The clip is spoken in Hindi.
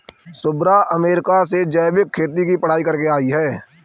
शुभ्रा अमेरिका से जैविक खेती की पढ़ाई करके आई है